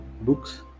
books